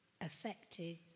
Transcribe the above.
affected